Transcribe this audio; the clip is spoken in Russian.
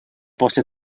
после